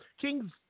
Kings